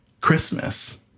Christmas